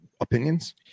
Opinions